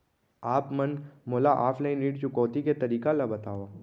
आप मन मोला ऑफलाइन ऋण चुकौती के तरीका ल बतावव?